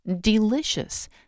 Delicious